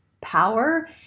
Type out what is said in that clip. power